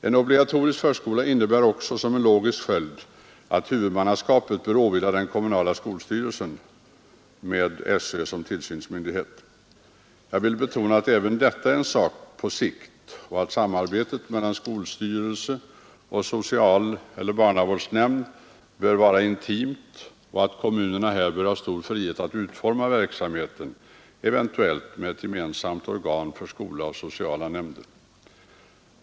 En obligatorisk förskola får också som en logisk följd att huvudmannaskapet bör åvila den kommunala skolstyrelsen med SÖ som tillsynsmyndighet. Jag vill betona att även detta är en sak som bör ske på sikt, att samarbetet mellan skolstyrelse och socialeller barnavårdsnämnd bör vara intimt och att kommunerna härvidlag bör ha stor frihet att utforma verksamheten — eventuellt med gemensamt organ för skola och sociala nämnder.